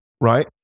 right